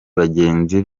bagenzi